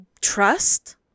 trust